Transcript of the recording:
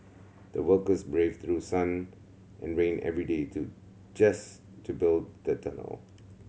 the workers braved through sun and rain every day to just to build the tunnel